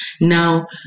Now